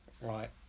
Right